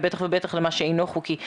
ובטח ובטח למה שאינו חוקי.